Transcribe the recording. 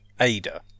Ada